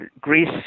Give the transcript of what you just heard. Greece